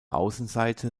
außenseite